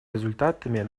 результатами